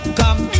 come